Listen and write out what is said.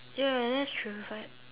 ya that's true but